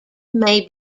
may